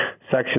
Section